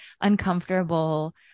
uncomfortable